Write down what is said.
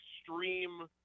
extreme